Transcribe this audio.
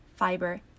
fiber